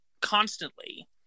constantly